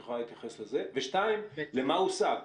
השנייה, מה הושג?